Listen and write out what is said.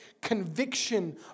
conviction